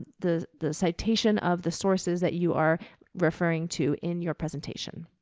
the, the citation of the sources that you are referring to in your presentation.